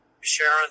sharon